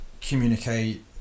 communicate